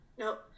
nope